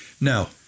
now